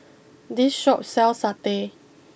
this Shop sells Satay